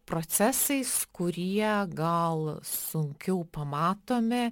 procesais kurie gal sunkiau pamatomi